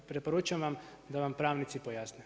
Preporučujem vam da vam pravnici pojasne.